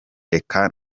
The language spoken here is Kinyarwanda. reka